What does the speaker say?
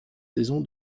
saison